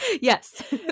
Yes